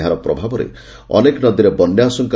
ଏହାର ପ୍ରଭାବରେ ଅନେକ ନଦୀରେ ବନ୍ୟା ଆଶଙ୍କ